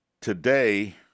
Today